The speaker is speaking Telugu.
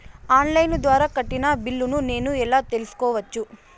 ఆన్ లైను ద్వారా కట్టిన బిల్లును నేను ఎలా తెలుసుకోవచ్చు?